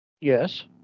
Yes